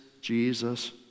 Jesus